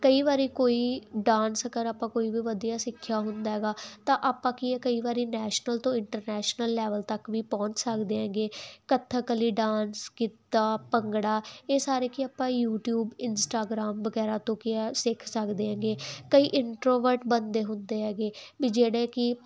ਕਈ ਵਾਰੀ ਕੋਈ ਡਾਂਸ ਅਗਰ ਆਪਾਂ ਕੋਈ ਵੀ ਵਧੀਆ ਸਿੱਖਿਆ ਹੁੰਦਾ ਹੈਗਾ ਤਾਂ ਆਪਾਂ ਕੀ ਹ ਕਈ ਵਾਰੀ ਨੈਸ਼ਨਲ ਤੋਂ ਇੰਟਰਨੈਸ਼ਨਲ ਲੈਵਲ ਤੱਕ ਵੀ ਪਹੁੰਚ ਸਕਦੇ ਹੈਗੇ ਕੱਥਕ ਕਲੀ ਡਾਂਸ ਗਿੱਧਾ ਭੰਗੜਾ ਇਹ ਸਾਰੇ ਕਿ ਆਪਾਂ ਯੂਟਿਊਬ ਇੰਸਟਾਗ੍ਰਾਮ ਵਗੈਰਾ ਤੋਂ ਕਿ ਸਿੱਖ ਸਕਦੇ ਹੈਗੇ ਕਈ ਇੰਟਰੋਵਰਟ ਬੰਦੇ ਹੁੰਦੇ ਹੈਗੇ ਵੀ ਜਿਹੜੇ ਕਿ